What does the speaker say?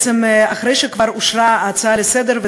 בעצם אחרי שכבר אושרה ההצעה לסדר-היום,